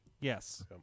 Yes